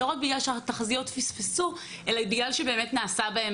לא רק בגלל שהתחזיות פספסו אלא מכיוון שנעשה בהן